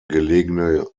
gelegene